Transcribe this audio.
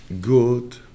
good